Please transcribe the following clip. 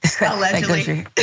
Allegedly